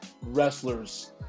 wrestlers